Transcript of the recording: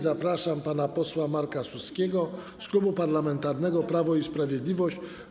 Zapraszam pana posła Marka Suskiego z Klubu Parlamentarnego Prawo i Sprawiedliwość.